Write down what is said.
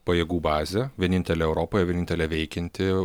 pajėgų bazė vienintelė europoje vienintelė veikianti